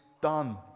done